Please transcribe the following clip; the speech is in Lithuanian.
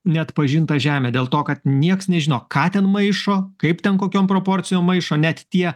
neatpažinta žemė dėl to kad nieks nežino ką ten maišo kaip ten kokiom proporcijom maišo net tie